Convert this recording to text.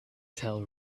tell